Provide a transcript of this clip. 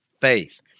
faith